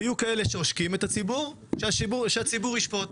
יהיו כאלה שעושקים את הציבור שהציבור ישפוט.